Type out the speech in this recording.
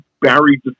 Barry